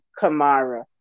Kamara